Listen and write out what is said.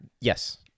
Yes